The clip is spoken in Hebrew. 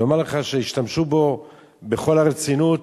לומר לך שישתמשו בו בכל הרצינות,